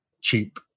cheap